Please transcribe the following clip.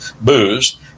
booze